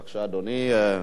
בבקשה, אדוני.